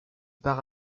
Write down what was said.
part